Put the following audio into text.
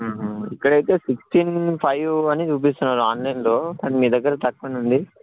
ఇక్కడైతే sixteen five అని చూపిస్తున్నాడు ఆన్లైన్లో కానీ మీ దగ్గర తక్కువనే ఉంది